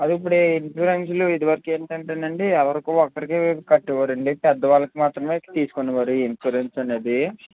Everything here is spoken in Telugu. అది ఇప్పుడు ఇన్స్యూరెన్స్లు ఇదివరకు ఏంటంటేనండి ఎవరికో ఒక్కరికే కట్టేవారండి పెద్దవాళ్ళకి మాత్రమే తీసుకునేవారు ఇన్స్యూరెన్స్ అనేది